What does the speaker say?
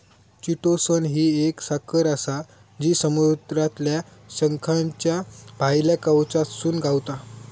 chitosan ही एक साखर आसा जी समुद्रातल्या शंखाच्या भायल्या कवचातसून गावता